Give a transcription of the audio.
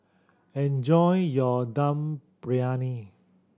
enjoy your Dum Briyani